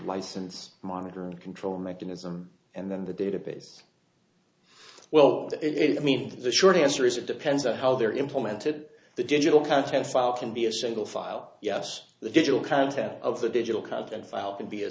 license monitor and control mechanism and then the database well i mean the short answer is it depends on how they're implemented the digital content file can be a single file yes the digital content of the digital content file can be a